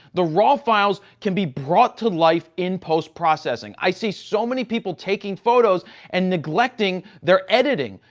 the raw files can be brought to life in post-processing. i see so many people taking photos and neglecting their editing.